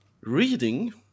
reading